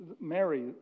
Mary